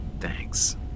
Thanks